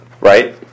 right